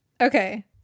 Okay